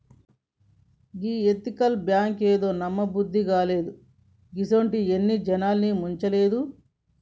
ఈ ఎతికల్ బాంకేందో, నమ్మబుద్దైతలేదు, గిసుంటియి ఎన్ని జనాల్ని ముంచలేదు